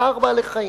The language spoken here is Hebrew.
צער בעלי-חיים.